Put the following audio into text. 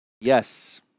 Yes